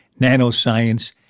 nanoscience